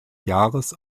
jahres